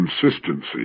consistency